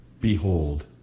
Behold